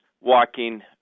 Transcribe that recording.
Walking